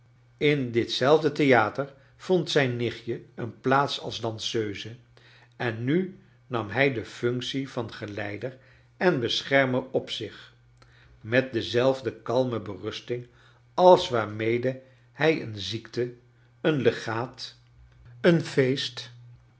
in dit zelfde theater vond zijn nichtje een plaats als danseuse en nu nam hij de functie van geleider en bescherrner op zich met dezelfde kaime bernsting als waarmede hij een ziekte een legaat een feest